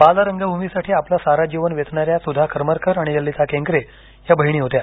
बालरंगभूमीसाठी आपलं सारं जीवन वेचणा या सुधा करमरकर आणि ललिता केंकरे या बहिणी होत्या